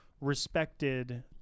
respected